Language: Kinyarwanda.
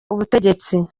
ubutegetsi